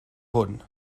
hwn